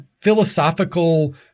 philosophical